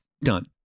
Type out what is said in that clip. Done